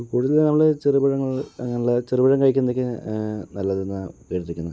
കൂടുതലും നമ്മള് ചെറുപഴങ്ങള് അങ്ങനെയുള്ള ചെറുപഴം കഴിക്കുന്നത് ഒക്കെ നല്ലതെന്നാണ് കേട്ടിരിക്കുന്നത്